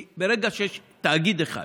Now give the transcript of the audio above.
כי ברגע שיש תאגיד אחד